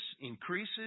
increases